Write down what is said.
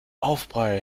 aufprall